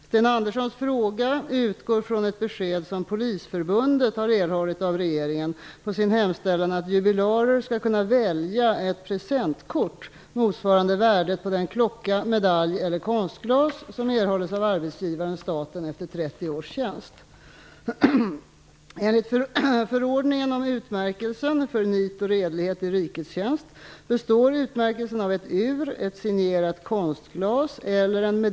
Sten Anderssons fråga utgår från ett besked som Polisförbundet erhållit av regeringen på sin hemställan att jubilarer skall kunna välja ett pre sentkort motsvarande värdet på den klocka, me dalj eller konstglas som erhålls av arbetsgivaren staten efter 30 års tjänst.